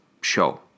show